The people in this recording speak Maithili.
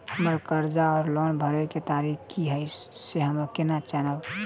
हम्मर कर्जा वा लोन भरय केँ तारीख की हय सँ हम केना जानब?